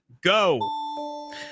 go